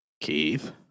Keith